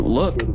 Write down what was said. look